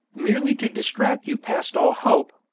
merely to distract you past all hope,